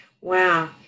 Wow